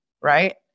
right